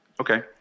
Okay